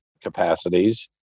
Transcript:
capacities